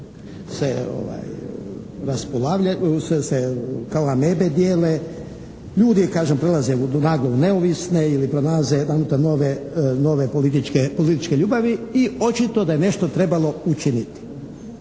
dresova. Stranke se kao amebe dijele. Ljudi kažem prelaze naglo u neovisne ili pronalaze najedaputa nove političke ljubavi i očito da je nešto trebalo učiniti.